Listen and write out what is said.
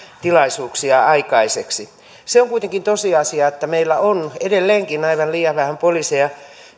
tilaisuuksia aikaiseksi se on kuitenkin tosiasia että meillä on edelleenkin aivan liian vähän poliiseja